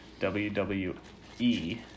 WWE